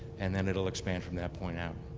and then it will expand from that point out.